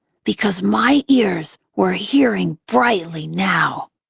because my ears were hearing brightly now.